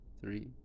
three